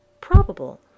probable